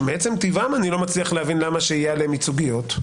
ומעצם טבעם אני לא מצליח להבין למה שיהיה עליהם ייצוגיות,